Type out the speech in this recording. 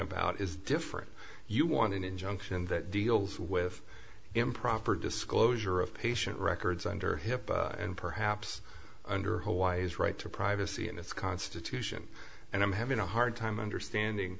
about is different you want an injunction that deals with improper disclosure of patient records under hipaa and perhaps under hawaii's right to privacy in its constitution and i'm having a hard time understanding